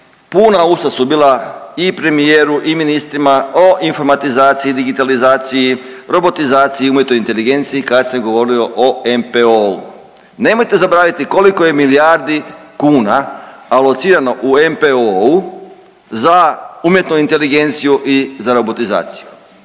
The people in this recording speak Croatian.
puna usta su bila i premijeru i ministrima o informatizaciji, digitalizaciji, robotizaciji, umjetnoj inteligenciji kad se govorilo o NPOO-u. Nemojte zaboraviti koliko je milijardi kuna alocirano u NPOO-u za umjetnu inteligenciju i za robotizaciju,